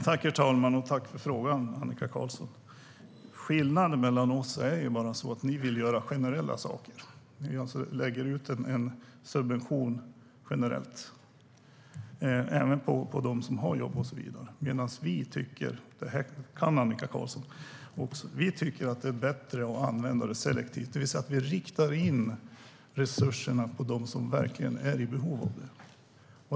Herr talman! Tack för frågan, Annika Qarlsson! Skillnaden mellan oss är att ni vill göra generella saker - ni lägger ut subventioner generellt även på dem som har jobb - medan vi tycker att det är bättre att göra selektiva insatser. Det här vet Annika Qarlsson. Vi riktar in resurserna på dem som verkligen är i behov av det.